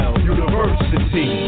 University